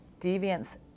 deviance